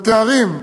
בתארים.